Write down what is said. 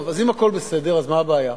אם הכול בסדר, אז מה הבעיה?